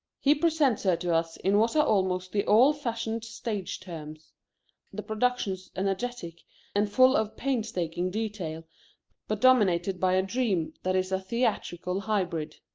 he presents her to us in what are almost the old-fashioned stage terms the productions energetic and full of painstaking detail but dominated by a dream that is a theatrical hybrid.